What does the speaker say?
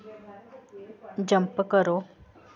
jump करो